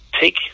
take